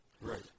Right